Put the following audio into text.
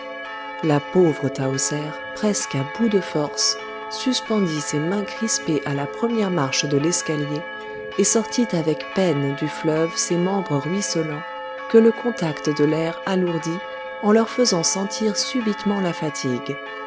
la pauvre tahoser presque à bout de forces suspendit ses mains crispées à la première marche de l'escalier et sortit avec peine du fleuve ses membres ruisselants que le contact de l'air alourdit en leur faisant sentir subitement la fatigue